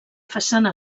façana